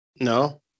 No